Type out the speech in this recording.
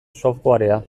softwarea